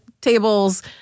tables